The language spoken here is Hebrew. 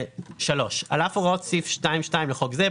הוראת שעה 3. על אף הוראות סעיף 2(2) לחוק זה,